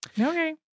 Okay